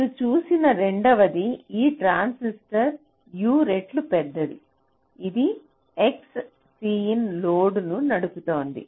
మీరు చూసే రెండవది ఈ ట్రాన్సిస్టర్ U రెట్లు పెద్దది ఇది X Cin లోడ్ను నడుపుతోంది